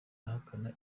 ahakana